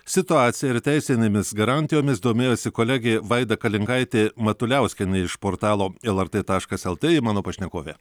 situacija ir teisinėmis garantijomis domėjosi kolegė vaida kalinkaitė matuliauskienė iš portalo lrt taškas lt ji mano pašnekovė